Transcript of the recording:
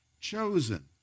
chosen